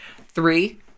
three